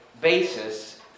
basis